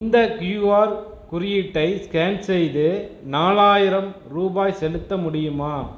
இந்த கியூஆர் குறியீட்டை ஸ்கேன் செய்து நாலாயிரம் ரூபாய் செலுத்த முடியுமா